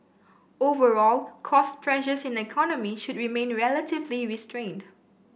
overall cost pressures in the economy should remain relatively restrained